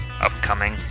upcoming